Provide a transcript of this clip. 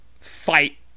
fight